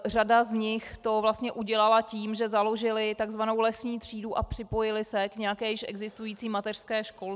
Řada z nich to vlastně udělala tím, že založily tzv. lesní třídu a připojily se k nějaké již existující mateřské školce.